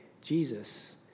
Jesus